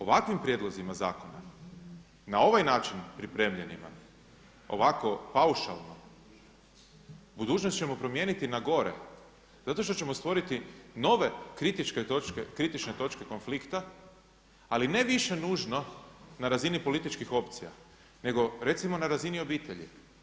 Ovakvim prijedlozima zakona, na ovaj način pripremljenima, ovako paušalno, budućnost ćemo promijeniti na gore, zato što ćemo stvoriti kritične točke konflikta, ali ne više nužno na razini političkih opcija, nego recimo na razini obitelji.